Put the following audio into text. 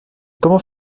comment